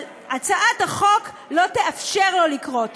אבל הצעת החוק לא תאפשר לזה לקרות.